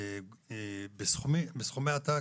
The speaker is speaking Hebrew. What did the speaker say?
בסכומי עתק,